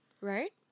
Right